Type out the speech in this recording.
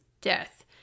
death